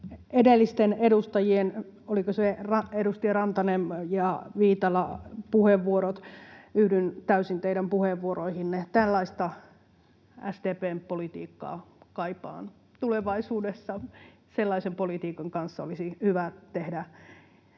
Edelliset edustajat, olivatko ne edustajat Rantanen ja Viitala, yhdyn täysin teidän puheenvuoroihinne. Tällaista SDP:n politiikkaa kaipaan tulevaisuudessa. Sellaisen politiikan kanssa olisi hyvä tehdä